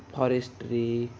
forestry